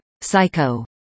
Psycho